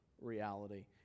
reality